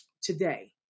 today